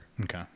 Okay